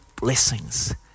blessings